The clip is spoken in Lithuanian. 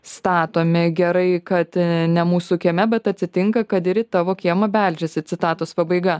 statomi gerai kad ne mūsų kieme bet atsitinka kad ir į tavo kiemą beldžiasi citatos pabaiga